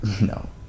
No